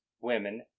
women